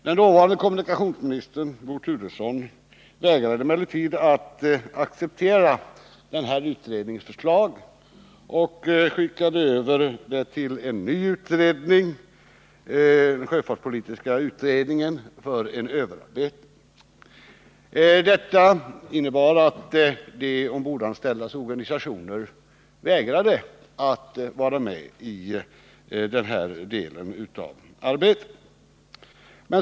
Den dåvarande kommunikationsministern 37 Bo Turesson vägrade emellertid att acceptera den utredningens förslag och skickade över det till en ny utredning, sjöfartspolitiska utredningen, för överarbetning. Detta medförde att de ombordanställdas organisationer vägrade att vara med i den här delen av arbetet.